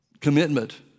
commitment